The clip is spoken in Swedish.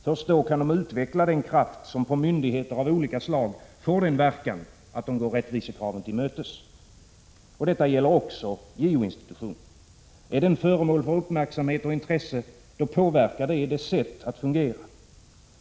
Först då kan de utveckla den kraft som på myndigheter av olika slag får den verkan att de går rättvisekraven till mötes. Detta gäller också JO-institutionen. Är den föremål för uppmärksamhet och intresse, då påverkar det dess sätt att fungera.